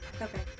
Okay